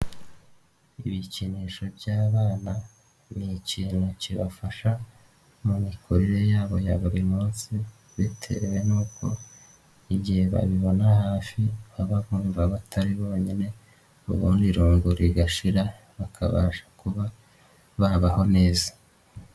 Ibikinisho by'abana ,ni ikintu kibafasha mu mikurire yabo ya buri munsi ,bitewe n'uko igihe babibona hafi bababumva batari bonyine ubundi irungu rigashira, bakabasha kuba babaho neza.